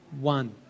One